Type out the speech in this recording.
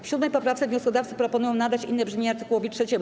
W 7. poprawce wnioskodawcy proponują nadać inne brzmienie art. 3.